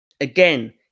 Again